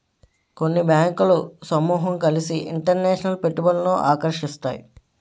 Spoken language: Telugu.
కొన్ని బ్యాంకులు సమూహం కలిసి ఇంటర్నేషనల్ పెట్టుబడులను ఆకర్షిస్తాయి